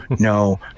no